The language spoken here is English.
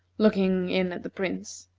looking in at the prince,